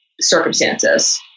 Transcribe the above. circumstances